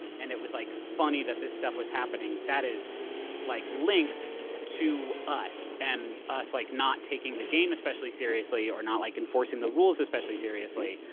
and it was like funny that this stuff was happening, that is like linked to us and us like not taking the game especially seriously or not like enforcing the rules especially seriously.